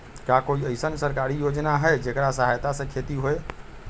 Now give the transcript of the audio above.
का कोई अईसन सरकारी योजना है जेकरा सहायता से खेती होय?